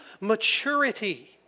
maturity